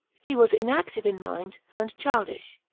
he was inactive in mind, and childish,